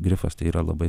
grifas tai yra labai